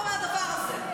כבר נמאס מהדבר הזה.